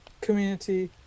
community